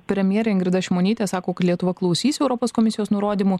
premjerė ingrida šimonytė sako ka lietuva klausys europos komisijos nurodymų